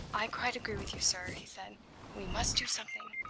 i quite agree with you, sir, he said we must do something.